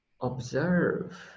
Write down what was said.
observe